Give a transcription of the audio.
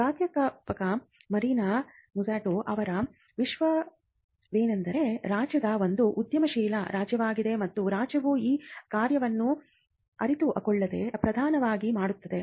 ಪ್ರಾಧ್ಯಾಪಕ Mariana Mazzucato ಅವರ ವಿಷಯವೆಂದರೆ ರಾಜ್ಯವು ಒಂದು ಉದ್ಯಮಶೀಲ ರಾಜ್ಯವಾಗಿದೆ ಮತ್ತು ರಾಜ್ಯವು ಈ ಕಾರ್ಯವನ್ನು ಅರಿತುಕೊಳ್ಳದೆ ಪ್ರಧಾನವಾಗಿ ಮಾಡುತ್ತದೆ